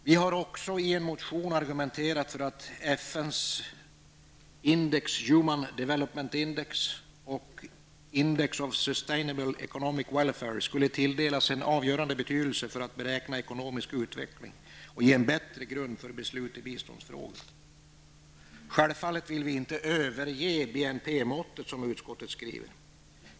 Vidare argumenterar vi i en motion för att FNs Sustainable Economic Welfare'' skall tillmätas en avgörande betydelse när det gäller att beräkna en ekonomisk utveckling och att bidra till en bättre grund för beslut i biståndsfrågor. Självfallet vill vi inte, som utskottet skriver, överge BNP-måttet.